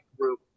group